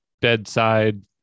bedside